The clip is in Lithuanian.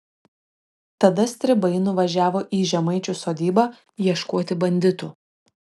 tada stribai nuvažiavo į žemaičių sodybą ieškoti banditų